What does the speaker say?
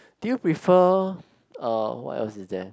do you prefer uh what else is there